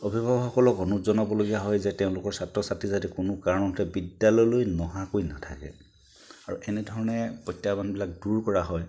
অভিভাৱকসকলক অনুৰোধ জনাবলগীয়া হয় যে তেওঁলোকৰ ছাত্ৰ ছাত্ৰী যাতে কোনো কাৰণতে বিদ্যালয়লৈ নহাকৈ নেথাকে আৰু এনেধৰণে প্ৰত্যাহ্বানবিলাক দূৰ কৰা হয়